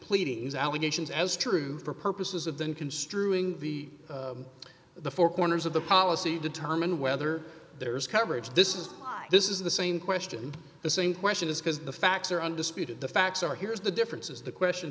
pleadings allegations as true for purposes of then construing the the four corners of the policy determine whether there is coverage this is why this is the same question the same question is because the facts are undisputed the facts are here's the differences the question